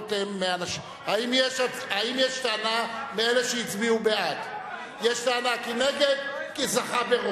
הטענות הן מאנשים, השעון לא היה בסדר.